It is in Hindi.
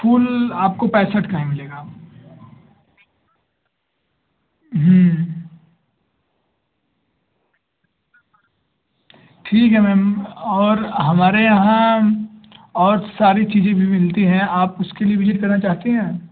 फुल आपको पैंसठ का ही मिलेगा हम्म ठीक है मैम और हमारे यहाँ और सारी चीज़ें भी मिलती है आप उसके लिए विजिट करना चाहती हैं